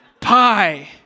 pie